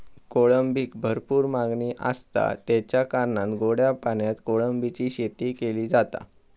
कोळंबीक भरपूर मागणी आसता, तेच्या कारणान गोड्या पाण्यात कोळंबीची शेती केली जाता